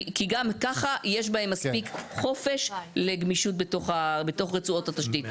כי גם ככה יש בהן מספיק חופש לגמישות בתוך רצועות התשתית.